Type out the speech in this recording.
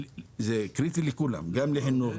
זה קריטי לכולם: גם לחינוך,